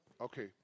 Okay